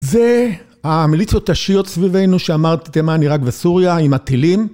זה המיליציות השיעיות סביבנו שאמרת תימן, עירק וסוריה עם הטילים.